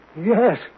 Yes